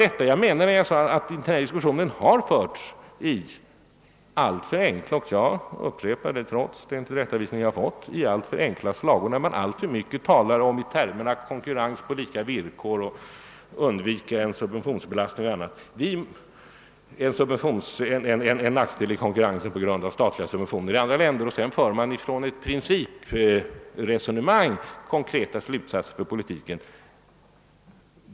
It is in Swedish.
Jag menade — och det upprepar jag trots den tillrättavisning jag fått — att diskussionen förts med alltför enkla slagord, när man så mycket talar om konkurrens på lika villkor. Sedan drar man av detta principresonemang konkreta slutsatser beträffande den politik som skall föras.